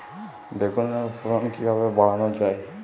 বেগুনের ফলন কিভাবে বাড়ানো যায়?